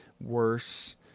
worse